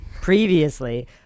previously